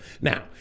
Now